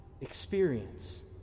experience